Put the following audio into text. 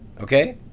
Okay